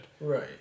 Right